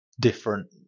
different